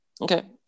okay